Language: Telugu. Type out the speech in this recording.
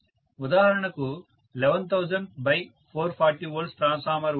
ఉదాహరణకు 11000440V ట్రాన్స్ఫార్మర్ ఉంది